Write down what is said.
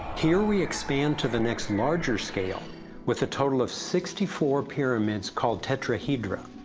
here we extend to the next larger scale with a total of sixty four pyramids, called tetrahedra.